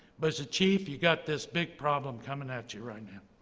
but as a chief, you've got this big problem coming at you right now.